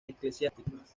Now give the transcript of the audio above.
eclesiásticos